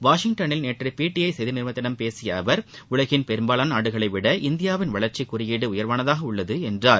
வாஷிங்டனில் நேற்று பிடிஐ செய்தி நிறுவனத்திடம் பேசிய அவர் உலகின் பெரும்பாவான நாடுகளை விட இந்தியாவின் வளர்ச்சி குறியீடு உயர்வானதாக உள்ளது என்றார்